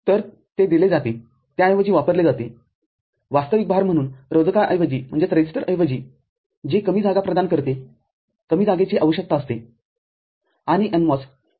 तर ते दिले जातेत्याऐवजी वापरले जाते वास्तविक भार म्हणून रोधकाऐवजी जे कमी जागा प्रदान करतेकमी जागेची आवश्यकता असते